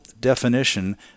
definition